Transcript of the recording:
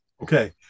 Okay